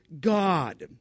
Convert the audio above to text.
God